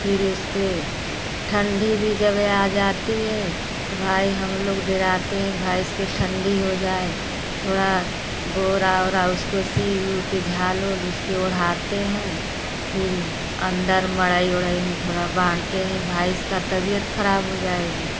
फिर उसके ठंडी भी जब वह आ जाती है तो भाई हम लोग डराते है भाई इसके ठंडी हो जाए थोड़ा बोर वोरा उसको सी वु कर झाल वोल उसके ओढ़ाते हैं फिर अंदर मड़ई वड़ई में थोड़ा बांधते हैं की भाई इसका तबियत खराब हो जाएगी